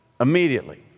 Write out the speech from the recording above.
Immediately